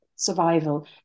Survival